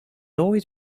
always